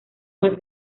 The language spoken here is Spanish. más